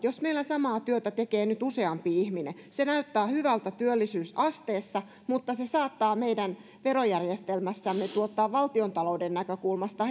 jos meillä nyt tekee samaa työtä useampi ihminen se näyttää hyvältä työllisyysasteessa mutta se saattaa meidän verojärjestelmässämme tuottaa valtiontalouden näkökulmasta